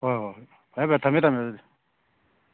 ꯍꯣꯏ ꯍꯣꯏ ꯍꯣꯏ ꯐꯔꯦ ꯐꯔꯦ ꯊꯝꯃꯦ ꯊꯝꯃꯦ ꯑꯗꯨꯗꯤ